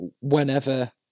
whenever